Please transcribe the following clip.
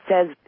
says